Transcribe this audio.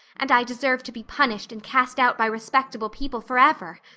and i deserve to be punished and cast out by respectable people forever.